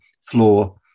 floor